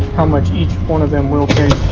how much each one of them will take,